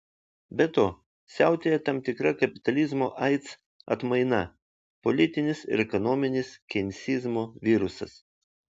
be to siautėja tam tikra kapitalizmo aids atmaina politinis ir ekonominis keinsizmo virusas